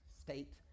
state